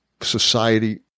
society